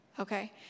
Okay